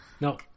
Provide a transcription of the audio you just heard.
No